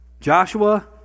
Joshua